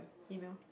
email